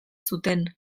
zuten